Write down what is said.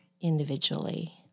individually